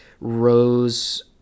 Rose